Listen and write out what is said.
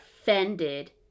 offended